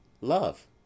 love